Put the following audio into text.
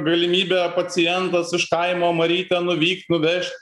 galimybę pacientas iš kaimo marytė nuvykt nuvežt